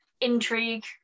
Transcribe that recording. intrigue